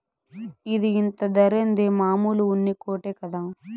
ఇది ఇంత ధరేంది, మామూలు ఉన్ని కోటే కదా